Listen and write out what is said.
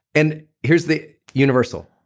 and here's the universal.